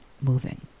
moving